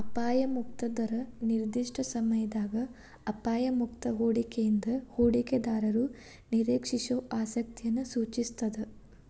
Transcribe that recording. ಅಪಾಯ ಮುಕ್ತ ದರ ನಿರ್ದಿಷ್ಟ ಸಮಯದಾಗ ಅಪಾಯ ಮುಕ್ತ ಹೂಡಿಕೆಯಿಂದ ಹೂಡಿಕೆದಾರರು ನಿರೇಕ್ಷಿಸೋ ಆಸಕ್ತಿಯನ್ನ ಸೂಚಿಸ್ತಾದ